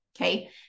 okay